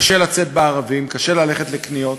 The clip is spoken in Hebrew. קשה לצאת בערבים, קשה ללכת לקניות,